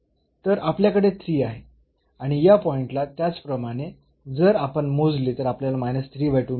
तर आपल्याकडे आहे आणि या पॉईंटला त्याचप्रमाणे जर आपण मोजले तर आपल्याला मिळेल